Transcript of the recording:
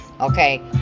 okay